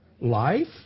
Life